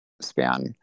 span